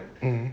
mm